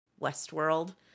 Westworld